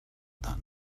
that